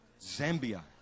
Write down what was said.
Zambia